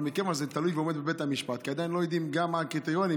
אבל מכיוון שזה תלוי ועומד בבית המשפט ועדיין לא יודעים מה הקריטריונים,